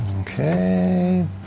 Okay